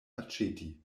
aĉeti